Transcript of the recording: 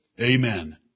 Amen